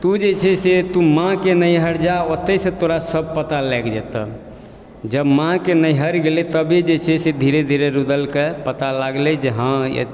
तु जे छै से तु माँके नैहर जा ओतय से तोरा सब पता लागि जेतो जब माँके नैहर गेलइ तभी जे छै से धीरे धीरे रुदलके पता लागलइ जे हँ